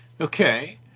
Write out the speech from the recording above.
Okay